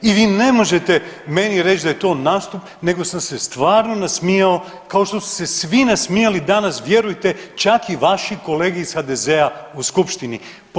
I vi ne možete meni reći da je to nastup nego sam se stvarno nasmijao kao što su se svi nasmijali danas vjerujte, čak i vaši kolege iz HDZ-a u skupštini.